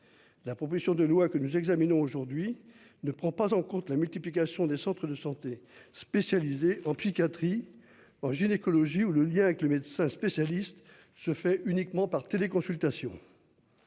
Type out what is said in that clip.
La proposition de loi que nous examinons aujourd'hui ne prend pas en compte la multiplication des centres de santé spécialisés en psychiatrie. Gynécologie ou le lien avec le médecin spécialiste se fait uniquement par téléconsultation.